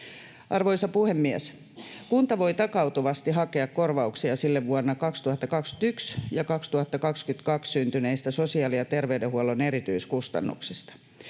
Arvoisa puhemies! Kunta voi takautuvasti hakea korvauksia sille vuosina 2021 ja 2022 syntyneistä sosiaali- ja terveydenhuollon erityiskustannuksista.